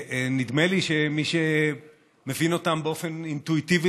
נדמה לי שמי שמבין אותם באופן אינטואיטיבי